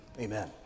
Amen